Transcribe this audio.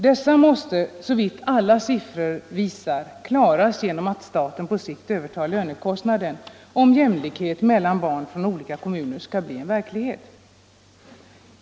Dessa måste, såvitt alla siffror visar, klaras genom att staten på sikt övertar lönekostnaden, om jämlikhet mellan barn från olika kommuner skall bli en verklighet.